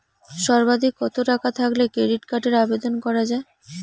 সর্বাধিক কত টাকা থাকলে ক্রেডিট কার্ডের আবেদন করা য়ায়?